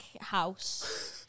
house